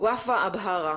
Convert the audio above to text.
ופאא עבאהרה,